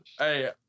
Hey